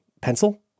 pencil